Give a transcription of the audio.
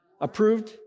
Approved